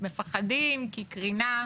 מפחדים מקרינה,